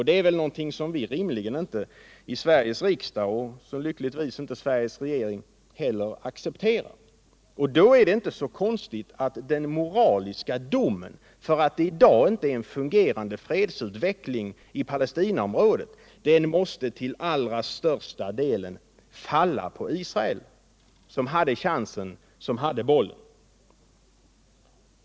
Det är någonting som inte rimligen vi i Sveriges riksdag, och lyckligtvis inte i Sveriges regering heller, accepterar, och då är det väl inte så konstigt att den moraliska domen för att det i dag inte är en fungerande fredsutveckling i Palestinaområdet till allra största delen måste falla på Israel, som hade chansen, som hade bollen.